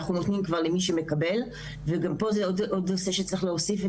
אנחנו נותנים כבר למי שמקבל וגם פה זה עוד נושא שצריך להוסיף,